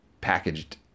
packaged